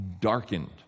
darkened